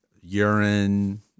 urine